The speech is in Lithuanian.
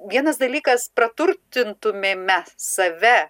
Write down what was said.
vienas dalykas praturtintumėme save